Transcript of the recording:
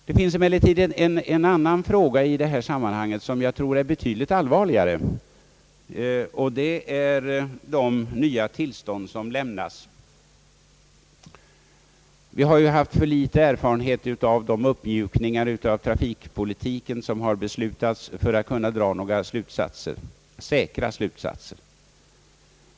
Det finns emellertid en annan fråga i sammanhanget, som jag tror är betydligt allvarligare, och det är prövningen av de nya tillstånd som lämnas. Vi har för litet erfarenhet av de uppmjukningar i trafikpolitiken som har beslutats för att kunna dra några säkra slutsatser.